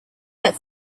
that